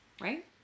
right